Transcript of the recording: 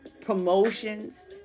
promotions